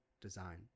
design